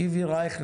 שמו שיבי רייכנר,